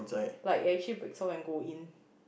like it actually breaks off and go in